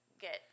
get